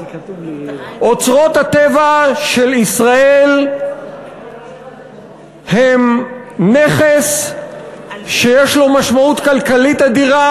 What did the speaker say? אוצרות הטבע של ישראל הם נכס שיש לו משמעות כלכלית אדירה,